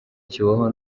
kibaho